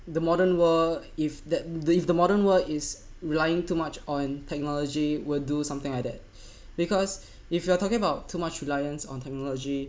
the modern world if that the if the modern world is relying too much on technology will do something like that because if you are talking about too much reliance on technology